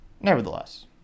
nevertheless